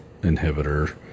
inhibitor